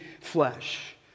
flesh